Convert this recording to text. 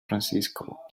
francisco